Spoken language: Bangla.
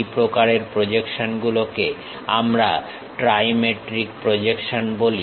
এই প্রকারের প্রজেকশন গুলোকে আমরা ট্রাইমেট্রিক প্রজেকশন বলি